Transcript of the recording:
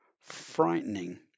frightening